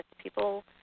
People